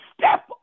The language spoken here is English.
step